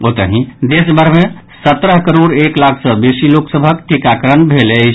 ओतहि देशभरि मे सत्रह करोड़ एक लाख सँ बेसी लोक सभक टीकाकरण भेल अछि